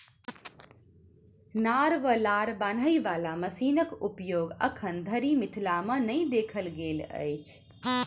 नार वा लार बान्हय बाला मशीनक उपयोग एखन धरि मिथिला मे नै देखल गेल अछि